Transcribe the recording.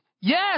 yes